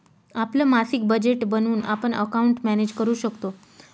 आपलं मासिक बजेट बनवून आपण अकाउंट मॅनेज करू शकतो